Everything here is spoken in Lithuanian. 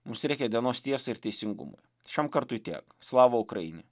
mums reikia dienos tiesai ir teisingumu šiam kartui tiek slava ukrainie